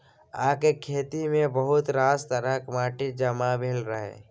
अहाँक खेतमे बहुत रास तरहक माटि जमा भेल यै